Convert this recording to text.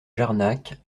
jarnac